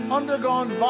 undergone